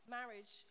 marriage